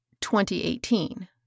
2018